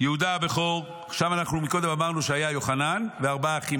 יהודה הבכור" קודם אמרנו שהיו יוחנן וארבעה האחים,